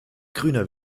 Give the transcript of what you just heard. grüner